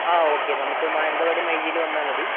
ആ ഓക്കെ നമുക്ക് മാനന്തവാടി മൈ ജിയിൽ വന്നാൽ മതി